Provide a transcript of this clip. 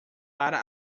para